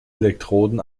elektroden